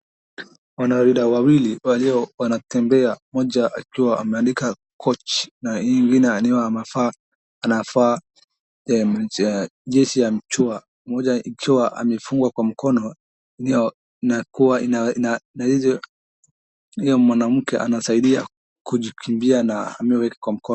Wanariadha wawili walioa wanatembea mmoja akiwa ameandika Koech na mwingine akiwa amevaa jezi ya machungwa, moja ikiwa amefungwa kwa mkono na huyo mwanamke anasaidia kujikimbia na kwa mkono.